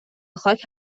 خاک